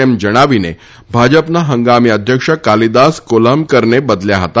તેમ જણાવીને ભાજપના હંગામી અધ્યક્ષ કાલિદાસ કોલાંબકરને બદલ્યા હતા